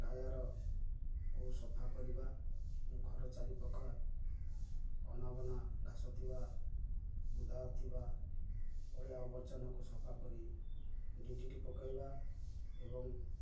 ଟାୟାର୍କୁ ସଫା କରିବା ଘର ଚାରିପାଖ ଅନାବନା ଘାସ ଥିବା ବୁଦା ଥିବା ଅଳିଆ ଆବର୍ଜନାକୁ ସଫା କରି ଡି ଟି ଟି ପକେଇବା ଏବଂ